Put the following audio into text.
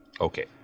Okay